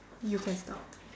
you can start